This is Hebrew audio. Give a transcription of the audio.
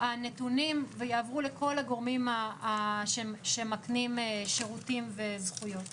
הנתונים ויעברו לכל הגורמים שמקנים שירותים וזכויות.